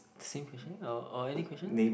same question or or any question